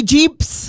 Jeeps